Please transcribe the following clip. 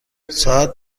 ساعت